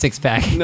six-pack